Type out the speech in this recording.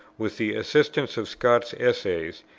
with the assistance of scott's essays,